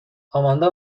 آماندا